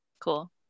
Cool